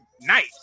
night